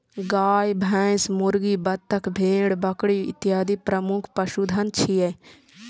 गाय, भैंस, मुर्गी, बत्तख, भेड़, बकरी इत्यादि प्रमुख पशुधन छियै